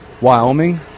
Wyoming